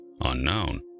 Unknown